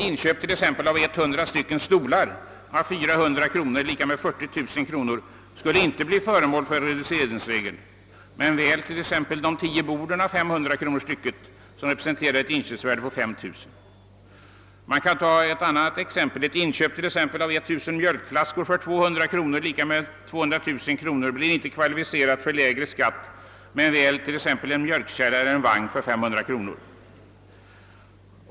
Inköp av t.ex. 100 stycken stolar å 400 kronor = 40 000 kronor skulle inte bli föremål för tillämpning av reduceringsregeln men väl t.ex. tio bord å 500 kronor som representerar ett inköpsvärde på 5 000 kronor! Man kan ta ett annat exempel: ett inköp av 1000 mjölkflaskor för 200 kronor styck, d.v.s. 200 000 kronor, blir inte kvalificerat för lägre skatt men väl exempelvis en mjölkkärra eller en vagn för 500 kronor.